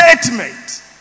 statement